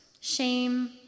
shame